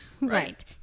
Right